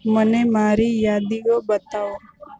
મને મારી યાદીઓ બતાવો